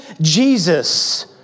Jesus